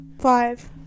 Five